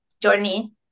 journey